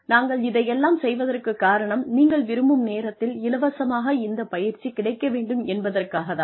நாங்கள் இதையெல்லாம் செய்வதற்கு காரணம் நீங்கள் விரும்பும் நேரத்தில் இலவசமாக இந்த பயிற்சி கிடைக்க வேண்டும் என்பதற்காகத்தான்